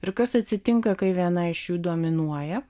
ir kas atsitinka kai viena iš jų dominuoja